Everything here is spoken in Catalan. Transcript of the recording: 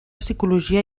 psicologia